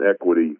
equity